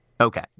Okay